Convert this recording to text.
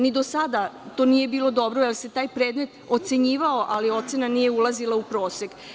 Ni do sada to nije bilo dobro jer se taj predmet ocenjivao, ali ocena nije ulazila u prosek.